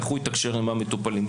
איך יתקשר עם המטופלים?